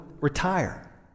retire